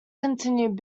continued